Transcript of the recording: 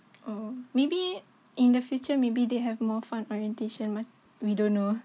oh maybe in the future maybe they have more fun orientation we don't know